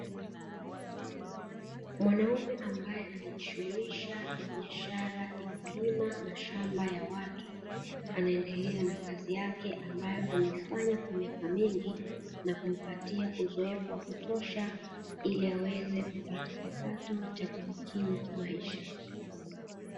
Mwanaume ambaye anajishughulisha na biashara ya kulima mashamba ya watu, anaendelea na kazi yake ambayo ameifanya kwa miaka mingi ili aweze kujipatia kipato cha kujikimu kimaisha.